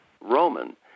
Roman